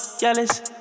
jealous